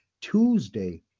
Tuesday